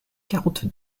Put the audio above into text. quarante